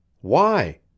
Why